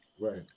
Right